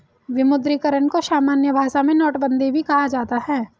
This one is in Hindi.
विमुद्रीकरण को सामान्य भाषा में नोटबन्दी भी कहा जाता है